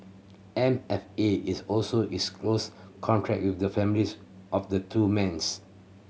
M F A is also is close contact with the families of the two men